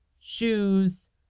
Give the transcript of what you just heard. shoes